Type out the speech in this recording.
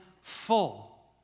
full